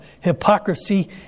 hypocrisy